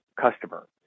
customer